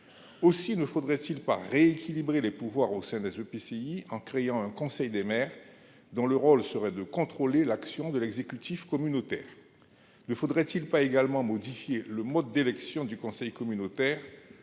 Aussi ne faudrait-il pas rééquilibrer les pouvoirs au sein des EPCI, en créant un conseil des maires dont le rôle serait de contrôler l'action de l'exécutif communautaire ?